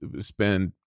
spend